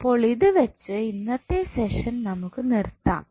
അപ്പോൾ ഇതു വെച്ച് ഇന്നത്തെ സെഷൻ നമുക്ക് നിർത്താം